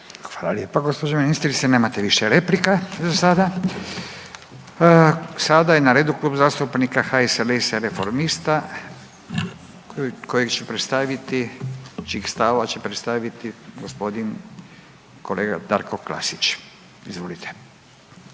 Hvala lijepo gđo. ministrice. Nemate više replika za sada. Sada je na redu Klub zastupnika HSLS-a i reformista, kojeg će predstaviti, čijih stavova će predstaviti g. kolega Darko Klasić, izvolite.